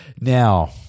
Now